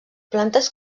plantes